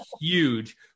huge